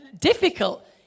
difficult